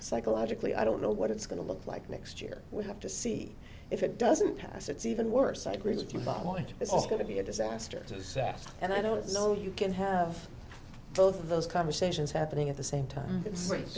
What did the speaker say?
psychologically i don't know what it's going to look like next year we have to see if it doesn't pass it's even worse i agree with you about what is going to be a disaster to sas and i don't know you can have both of those conversations happening at the same time constraints